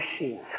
machine